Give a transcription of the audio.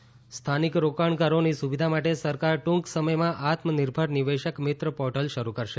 નિવેશક મિત્ર પોર્ટલ સ્થાનિક રોકાણકારોની સુવિધા માટે સરકાર ટૂંક સમયમાં આત્મનિર્ભર નિવેશક મિત્ર પોર્ટલ શરૂ કરશે